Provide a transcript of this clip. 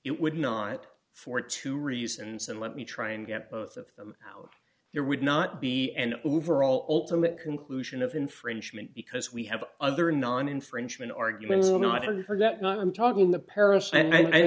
it would not for two reasons and let me try and get both of them out there would not be an overall ultimate conclusion of infringement because we have other non infringement arguments and not to forget not i'm talking the parish and